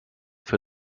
für